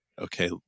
okay